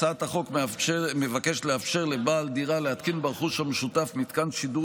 הצעת החוק מבקשת לאפשר לבעל דירה להתקין ברכוש המשותף מתקן שידור